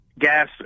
gas